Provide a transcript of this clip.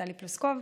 טלי פלוסקוב,